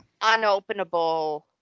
unopenable